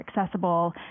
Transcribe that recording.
accessible